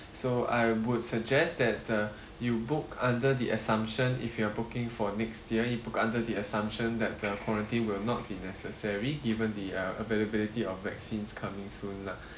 so I would suggest that uh you book under the assumption if you are booking for next year you book under the assumption that the quarantine will not be necessary given the uh availability of vaccines coming soon lah